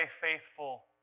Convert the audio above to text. faithful